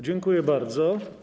Dziękuję bardzo.